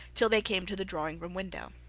till they came to the drawing-room window.